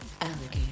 alligator